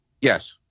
Yes